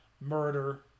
Murder